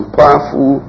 powerful